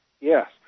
yes